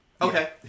Okay